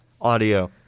audio